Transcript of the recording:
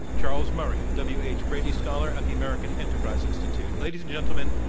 charles murray, the w. h. brady scholar at the american enterprise institute. ladies and gentlemen,